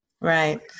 Right